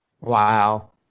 Wow